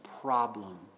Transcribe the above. problem